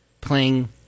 playing